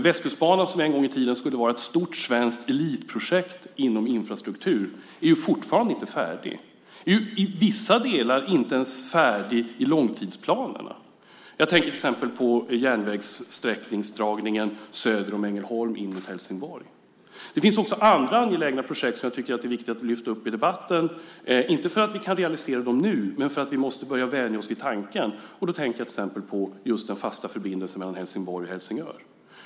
Västkustbanan, som en gång i tiden skulle vara ett stort svenskt elitprojekt inom infrastruktur, är ju fortfarande inte färdig. Den är ju i vissa delar inte ens färdig i långtidsplanerna. Jag tänker till exempel på järnvägssträckans dragning söder om Ängelholm in mot Helsingborg. Det finns också andra angelägna projekt som jag tycker att det är viktigt att vi lyfter upp i debatten - inte för att vi kan realisera dem nu, men för att vi måste börja vänja oss vid tanken. Då tänker jag till exempel på den fasta förbindelsen mellan Helsingborg och Helsingör.